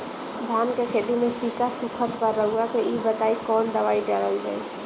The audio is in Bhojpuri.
धान के खेती में सिक्का सुखत बा रउआ के ई बताईं कवन दवाइ डालल जाई?